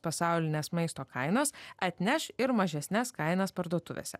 pasaulinės maisto kainos atneš ir mažesnes kainas parduotuvėse